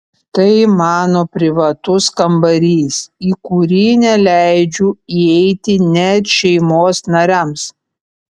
tai mano privatus kambarys į kurį neleidžiu įeiti net šeimos nariams